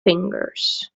fingers